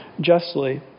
justly